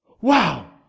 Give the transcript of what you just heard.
Wow